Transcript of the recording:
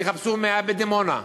יחפשו 100 בדימונה,